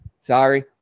Sorry